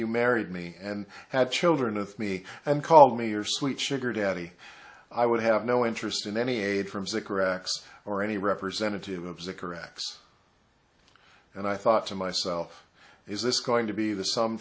you married me and had children with me and call me your sweet sugar daddy i would have no interest in any aid from sick or x or any representative of the carex and i thought to myself is this going to be the sum